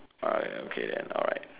alright okay then alright